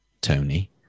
Tony